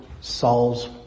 Saul's